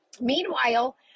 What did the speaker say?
Meanwhile